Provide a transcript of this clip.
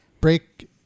break